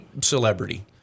celebrity